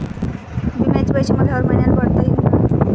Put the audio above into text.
बिम्याचे पैसे मले हर मईन्याले भरता येईन का?